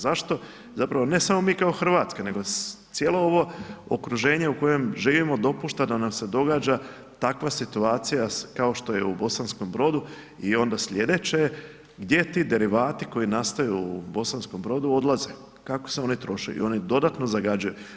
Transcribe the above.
Zašto, zapravo ne samo mi kao RH, nego cijelo ovo okruženje u kojem živimo dopušta da nam se događa takva situacija kao što je u Bosanskom Brodu i onda slijedeće je, gdje ti derivati koji nastaju u Bosanskom Brodu odlaze, kako se oni troše i oni dodatno zagađuje.